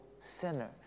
sinner